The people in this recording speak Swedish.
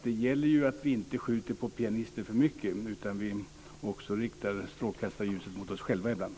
Det gäller att vi inte skjuter för mycket på pianisten utan att vi också riktar strålkastarljuset mot oss själva ibland.